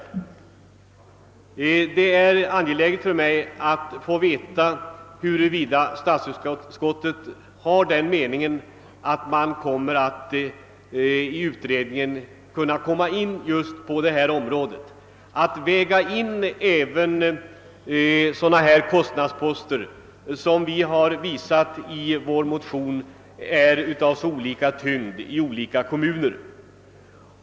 Det är angeläget för mig att få veta huruvida statsutskottet har den meningen att utredningen skall kunna gå in på just detta område och ta hänsyn även till kostnadsposter som — enligt vad vi visat i vårt motionspar — är av så olika tyngd i olika kommuner.